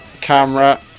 camera